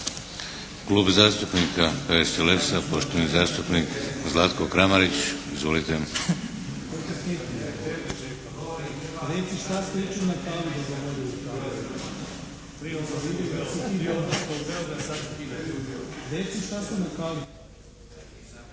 Klub zastupnika HSLS-a poštovani zastupnik Zlatko Kramarić. Izvolite.